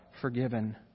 forgiven